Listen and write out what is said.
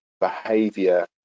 behavior